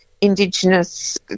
Indigenous